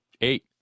Eight